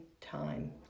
time